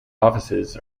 offices